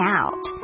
out